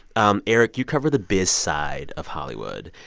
um erich, you cover the biz side of hollywood.